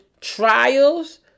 trials